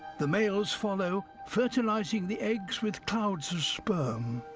the males follow, fertilizing the eggs with clouds of sperm.